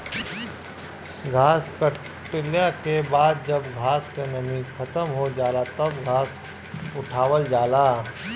घास कटले के बाद जब घास क नमी खतम हो जाला तब घास उठावल जाला